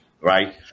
right